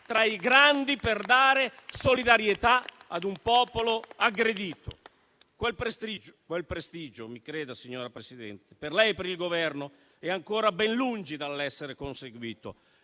tra i grandi per dare solidarietà a un popolo aggredito. Quel prestigio - mi creda, signora Presidente - per lei e per il Governo, è ancora ben lungi dall'essere conseguito